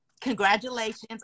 congratulations